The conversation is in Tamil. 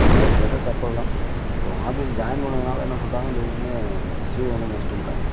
சின்ன வயசிலிருந்தே செப்பல்தான் இப்போ ஆபீஸ் ஜாய்ன் பண்ணதனால என்ன சொல்லிட்டாங்க திடீர்னு ஷூ வந்து மஸ்ட்டுன்ட்டாங்கள்